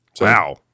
Wow